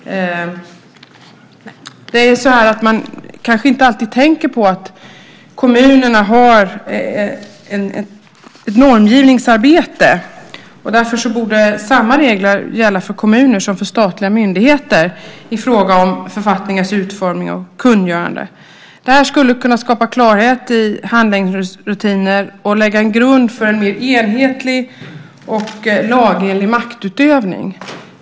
Man tänker kanske inte alltid på att kommunerna har ett normgivningsarbete, och därför borde samma regler gälla för kommuner som för statliga myndigheter i fråga om författningars utformning och kungörande. Det skulle kunna skapa klarhet i handläggningsrutiner och lägga en grund för en enhetlig och lagenlig maktutövning.